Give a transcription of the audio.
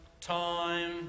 Time